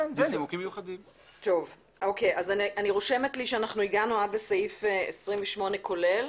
אני רושמת לי שהגענו עד לסעיף 28 כולל.